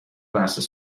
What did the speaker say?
class